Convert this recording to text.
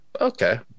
okay